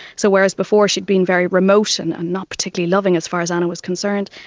so whereas before she'd been very remote and not particularly loving as far as anna was concerned,